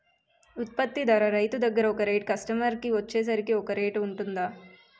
ఉత్పత్తి ధర రైతు దగ్గర ఒక రేట్ కస్టమర్ కి వచ్చేసరికి ఇంకో రేట్ వుంటుందా?